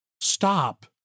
stop